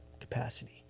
capacity